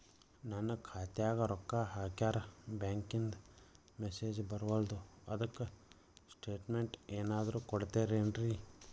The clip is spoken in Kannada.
ನನ್ ಖಾತ್ಯಾಗ ರೊಕ್ಕಾ ಹಾಕ್ಯಾರ ಬ್ಯಾಂಕಿಂದ ಮೆಸೇಜ್ ಬರವಲ್ದು ಅದ್ಕ ಸ್ಟೇಟ್ಮೆಂಟ್ ಏನಾದ್ರು ಕೊಡ್ತೇರೆನ್ರಿ?